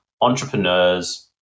entrepreneurs